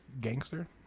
gangster